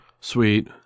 Sweet